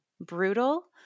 brutal